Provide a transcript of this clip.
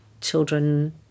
children